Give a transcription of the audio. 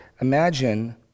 imagine